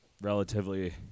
relatively